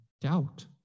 doubt